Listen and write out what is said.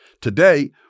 Today